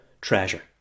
treasure